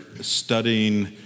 studying